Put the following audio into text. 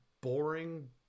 boring